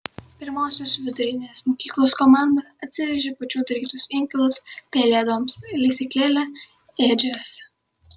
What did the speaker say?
pirmosios vidurinės mokyklos komanda atsivežė pačių darytus inkilus pelėdoms lesyklėlę ėdžias